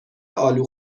الو